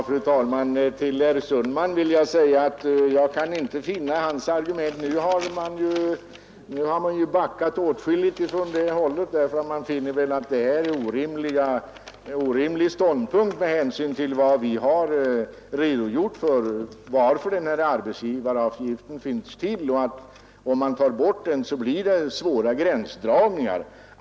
Fru talman! Jag kan inte finna att herr Sundmans argument är särskilt hållbara. Nu har han ju backat åtskilligt, eftersom han väl inser att hans ståndpunkt är orimlig med hänsyn till varför arbetsgivaravgiften finns till. Vi har ju redogjort för att om man tar bort den blir det svåra gränsdragningar.